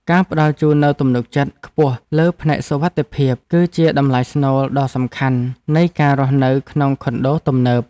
ការផ្តល់ជូននូវទំនុកចិត្តខ្ពស់លើផ្នែកសុវត្ថិភាព គឺជាតម្លៃស្នូលដ៏សំខាន់នៃការរស់នៅក្នុងខុនដូទំនើប។